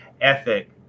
ethic